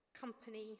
company